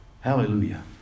Hallelujah